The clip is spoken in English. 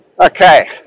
Okay